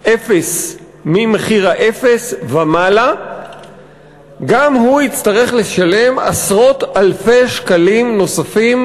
וממחיר אפס ומעלה גם הוא יצטרך לשלם עשרות אלפי שקלים נוספים